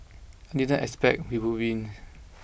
I didn't expect we would win